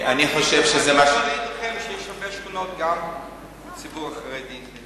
יש הרבה שכונות גם לציבור החרדי,